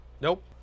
Nope